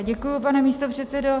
Děkuji, pane místopředsedo.